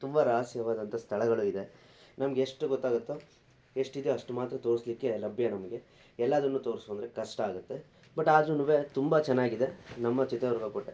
ತುಂಬ ರಹಸ್ಯವಾದಂಥ ಸ್ಥಳಗಳು ಇದೆ ನಮ್ಗೆ ಎಷ್ಟು ಗೊತ್ತಾಗುತ್ತೊ ಎಷ್ಟು ಇದೆಯೋ ಅಷ್ಟು ಮಾತ್ರ ತೋರಿಸ್ಲಿಕ್ಕೆ ಲಭ್ಯ ನಮಗೆ ಎಲ್ಲಾದನ್ನು ತೋರಿಸು ಅಂದರೆ ಕಷ್ಟ ಆಗತ್ತೆ ಬಟ್ ಆದ್ರುನುವೆ ತುಂಬ ಚೆನ್ನಾಗಿದೆ ನಮ್ಮ ಚಿತ್ರದುರ್ಗ ಕೋಟೆ